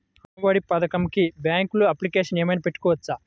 అమ్మ ఒడి పథకంకి బ్యాంకులో అప్లికేషన్ ఏమైనా పెట్టుకోవచ్చా?